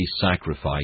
sacrifice